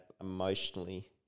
emotionally